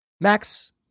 Max